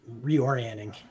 reorienting